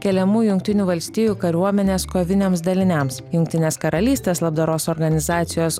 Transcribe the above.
keliamų jungtinių valstijų kariuomenės koviniams daliniams jungtinės karalystės labdaros organizacijos